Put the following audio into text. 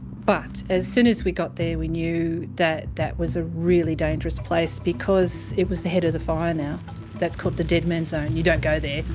but as soon as we got there we knew that that was a really dangerous place because it was the head of the fire now that's called the dead man zone. you don't go there.